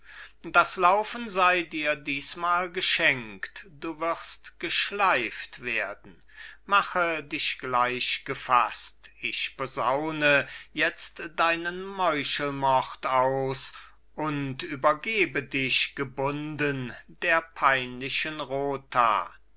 das laufen sei dir diesmal geschenkt du wirst geschleift werden mache dich gleich gefaßt ich posaune jetzt deinen meuchelmord aus und übergebe dich gebunden der peinlichen rota